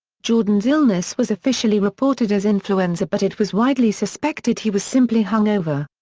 jordon's illness was officially reported as influenza but it was widely suspected he was simply hung over.